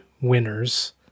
winners